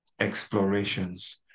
explorations